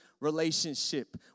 relationship